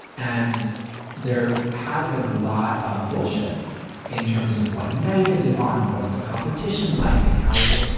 and there has been a lot of bullshit in terms of, what night is it on and what's the competition like and how is it?